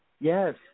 yes